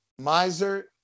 Miser